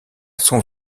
son